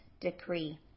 decree